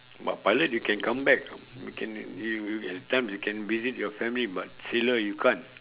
but pilot you can come back you can you you you at times you can visit your family but sailor you can't